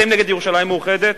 אתם נגד ירושלים מאוחדת?